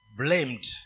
blamed